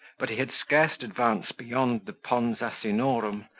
but he had scarce advanced beyond the pons asinorum,